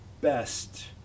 best